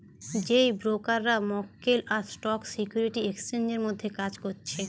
যেই ব্রোকাররা মক্কেল আর স্টক সিকিউরিটি এক্সচেঞ্জের মধ্যে কাজ করছে